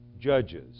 judges